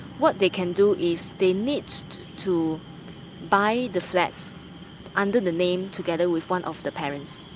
what they can do is they need to buy the flat under the name together with one of the parents.